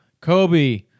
Kobe